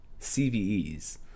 CVEs